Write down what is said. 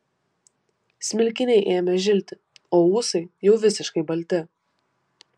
smilkiniai ėmė žilti o ūsai jau visiškai balti